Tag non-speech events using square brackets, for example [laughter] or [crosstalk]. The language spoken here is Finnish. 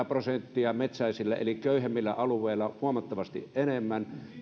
[unintelligible] prosenttia metsäisillä eli köyhemmillä alueilla huomattavasti enemmän